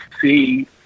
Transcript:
see